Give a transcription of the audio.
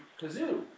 kazoo